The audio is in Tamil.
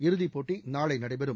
இறதிப்போட்டி நாளை நடைபெறும்